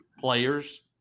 players